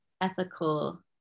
ethical